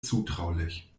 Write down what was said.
zutraulich